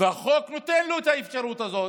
והחוק נותן לו את האפשרות הזאת,